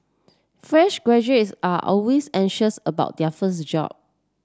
fresh graduates are always anxious about their first job